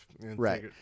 Right